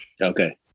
Okay